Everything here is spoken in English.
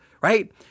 right